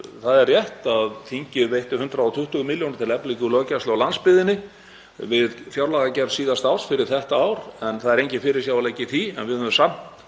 Það er rétt að þingið veitti 120 milljónir til eflingar löggæslu á landsbyggðinni við fjárlagagerð síðasta árs fyrir þetta ár en það er enginn fyrirsjáanleiki í því. Við höfum samt